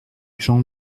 jean